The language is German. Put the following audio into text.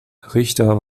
richter